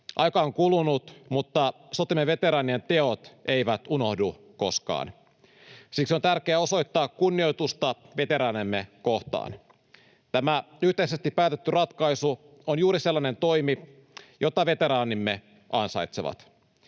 Aikaa on kulunut, mutta sotiemme veteraanien teot eivät unohdu koskaan. Siksi on tärkeää osoittaa kunnioitusta veteraanejamme kohtaan. Tämä yhteisesti päätetty ratkaisu on juuri sellainen toimi, jota veteraanimme ansaitsevat.